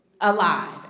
alive